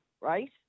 right